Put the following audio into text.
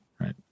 Right